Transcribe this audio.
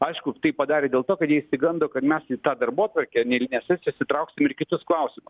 aišku tai padarė dėl to kad jie išsigando kad mes į tą darbotvarkę neeilinės sesijos įtrauksim ir kitus klausimus